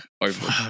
over